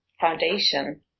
foundation